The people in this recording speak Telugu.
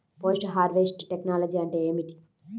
పోస్ట్ హార్వెస్ట్ టెక్నాలజీ అంటే ఏమిటి?